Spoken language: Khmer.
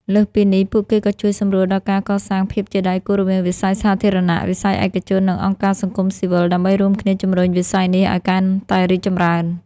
លើសពីនេះ ពួកគេក៏ជួយសម្រួលដល់ការកសាងភាពជាដៃគូរវាងវិស័យសាធារណៈ វិស័យឯកជន និងអង្គការសង្គមស៊ីវិល ដើម្បីរួមគ្នាជំរុញវិស័យនេះឱ្យកាន់តែរីកចម្រើន។